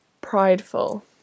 prideful